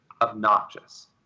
obnoxious